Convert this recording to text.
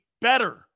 better